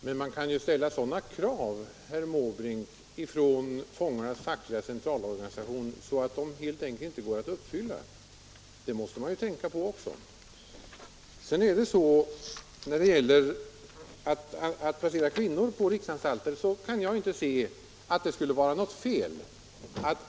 Herr talman! Men Förenade fångars centralorganisation kan ju ställa sådana krav, herr Måbrink, att dessa helt enkel inte går att uppfylla. Det måste man tänka på också. När det gäller att placera kvinnor på riksanstalter kan jag inte se att det skulle vara något fel.